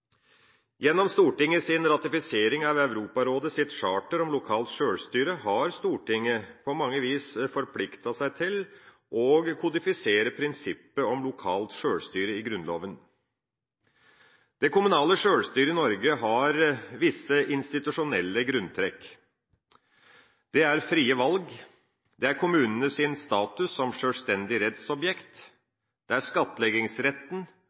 ratifisering av Europarådets charter om lokalt sjølstyre har Stortinget på mange vis forpliktet seg til å kodifisere prinsippet om lokalt sjølstyre i Grunnloven. Det kommunale sjølstyret i Norge har visse institusjonelle grunntrekk: frie valg, kommunenes status som sjølstendig rettsobjekt, skattleggingsretten